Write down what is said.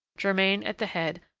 germain at the head,